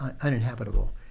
uninhabitable